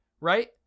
right